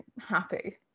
happy